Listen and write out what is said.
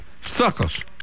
Suckers